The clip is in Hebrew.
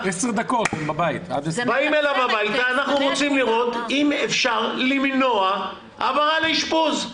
אנחנו רוצים לראות אם אפשר למנוע העברה לאשפוז.